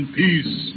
peace